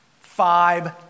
five